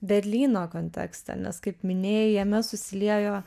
berlyno kontekstą nes kaip minėjai jame susiliejo